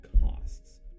costs